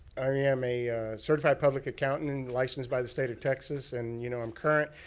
um yeah um a certified public accountant and licensed by the state of texas. and you know i'm current.